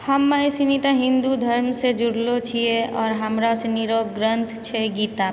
हम सुनि तऽ हिन्दू धर्मसँ जुड़लो छियै आओर हमरा सुनिके ग्रन्थ छै गीता